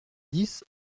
dix